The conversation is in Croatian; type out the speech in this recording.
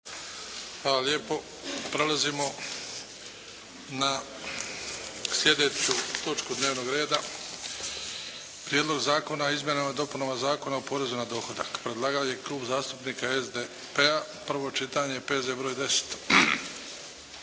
Hvala lijepo. Prelazimo na slijedeću točku dnevnog reda. - Prijedlog zakona o izmjenama i dopunama Zakona o porezu na dohodak, predlagatelj Klub zastupnika SDP-a, prvo čitanje P.Z. br.